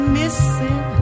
missing